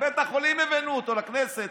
מבית החולים הבאנו אותו לכנסת.